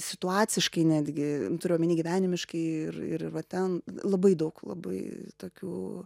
situaciškai netgi turiu omeny gyvenimiškai ir ir ir va ten labai daug labai tokių